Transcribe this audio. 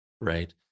Right